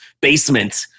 basement